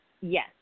Yes